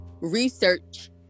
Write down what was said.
research